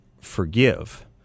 forgive